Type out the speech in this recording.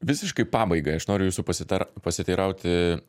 visiškai pabaigai aš noriu jūsų pasitar pasiteirauti